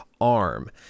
arm